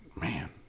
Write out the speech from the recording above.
man